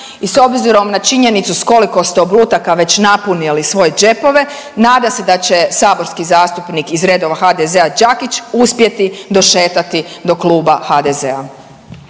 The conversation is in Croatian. i s obzirom na činjenicu s koliko ste oblutaka već napunili svoje džepove nadam se da će saborski zastupnik iz redova HDZ-a Đakić uspjeti došetati do Kluba HDZ-a.